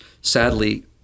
sadly